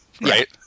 right